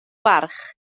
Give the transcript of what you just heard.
barch